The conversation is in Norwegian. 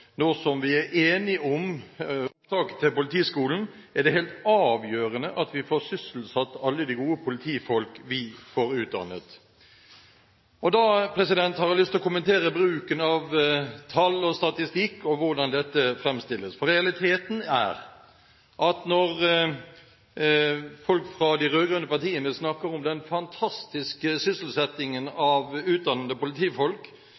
nå som vi er enige om opptaket til Politihøgskolen «er det helt avgjørende at vi får sysselsatt alle de gode politifolkene vi får utdannet». Da får jeg lyst til å kommentere bruken av tall og statistikk og hvordan dette fremstilles. Realiteten er at når folk fra de rød-grønne partiene snakker om den fantastiske sysselsettingen av utdannede politifolk,